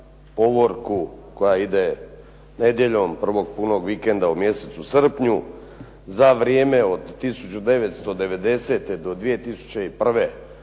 povorku koja ide nedjeljom, prvog punog vikenda u mjesecu srpnju, za vrijeme od 1990. do 2001.